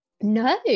No